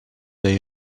they